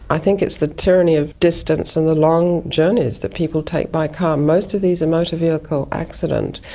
i think it's the tyranny of distance and the long journeys that people take by car. most of these are motor vehicle accidents.